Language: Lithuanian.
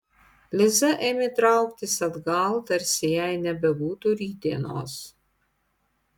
liza ėmė trauktis atgal tarsi jai nebebūtų rytdienos